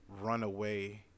runaway